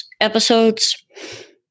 episodes